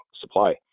supply